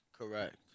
Correct